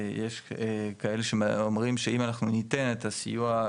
יש כאלה שאומרים שאם אנחנו ניתן את הסיוע,